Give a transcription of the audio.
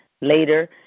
later